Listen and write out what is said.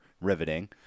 riveting